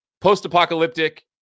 post-apocalyptic